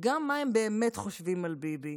גם מה הם באמת חושבים על ביבי,